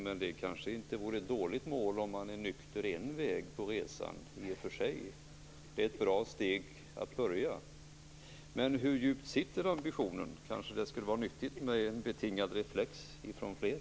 Men det kanske inte vore ett dåligt mål, att man skall vara nykter en väg på resan. Det är ett bra steg att börja med. Hur djupt sitter ambitionen? Det kanske skulle vara nyttigt med en betingad reflex hos fler.